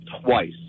twice